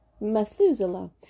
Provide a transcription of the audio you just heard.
Methuselah